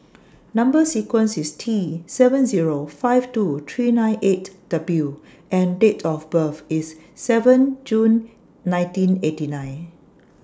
Number sequence IS T seven Zero five two three nine eight W and Date of birth IS seven June nineteen eighty nine